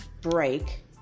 break